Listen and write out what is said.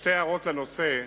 שתי הערות לנושא.